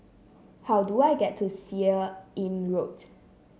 how do I get to Seah Im Road